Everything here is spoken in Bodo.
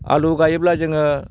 आलु गायोब्ला जोङो